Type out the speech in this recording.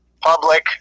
public